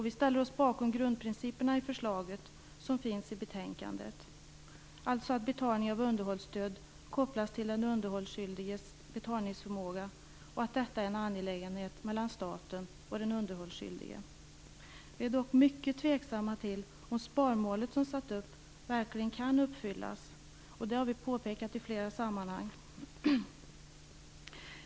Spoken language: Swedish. Vi ställer oss bakom grundprinciperna i det förslag som finns i betänkandet, alltså att betalning av underhållsstöd kopplas till den underhållsskyldiges betalningsförmåga och att detta är en angelägenhet mellan staten och den underhållsskyldige. Vi är dock mycket tveksamma till om sparmålet som satts upp verkligen kan uppfyllas. Det har vi påpekat i flera sammanhang.